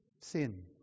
Sin